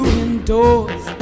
indoors